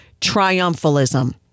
triumphalism